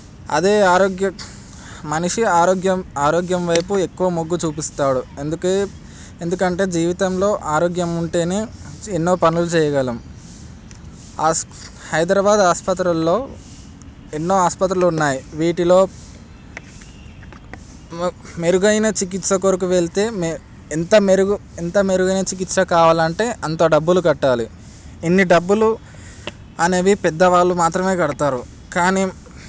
అదే ఆరోగ్య మనిషి ఆరోగ్యం ఆరోగ్యం వైపు ఎక్కువ మగ్గు చూపిస్తాడు అందుకే ఎందుకంటే జీవితంలో ఆరోగ్యం ఉంటేనే ఎన్నో పనులు చేయగలం హైదరాబాద్ ఆసుపత్రిలో ఎన్నో ఆసుపత్రిలు ఉన్నాయి వీటిలో మెరుగైన చికిత్స కొరకు వెళితే ఎంత మెరుగు ఎంత మెరుగైన చికిత్స కావాలంటే అంత డబ్బులు కట్టాలి ఎన్ని డబ్బులు అనేవి పెద్దవాళ్ళు మాత్రమే కడతారు కానీ